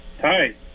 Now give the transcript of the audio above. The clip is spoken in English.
Hi